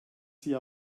sie